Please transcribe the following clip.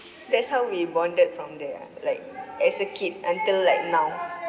that's how we bonded from there ah like as a kid until like now